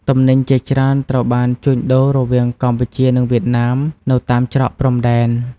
ទំនិញជាច្រើនត្រូវបានជួញដូររវាងកម្ពុជានិងវៀតណាមនៅតាមច្រកព្រំដែន។